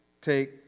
take